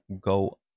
go